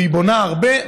והיא בונה הרבה,